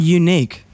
unique